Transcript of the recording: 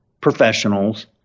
professionals